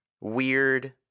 Weird